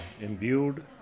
imbued